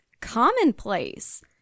commonplace